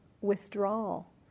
withdrawal